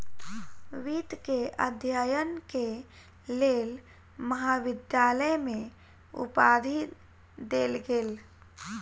वित्त के अध्ययन के लेल महाविद्यालय में उपाधि देल गेल